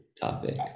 topic